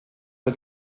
der